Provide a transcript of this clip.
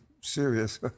serious